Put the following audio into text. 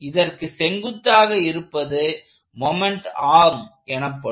இதற்கு செங்குத்தாக இருப்பது மொமெண்ட் ஆர்ம் எனப்படும்